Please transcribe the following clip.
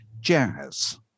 Jazz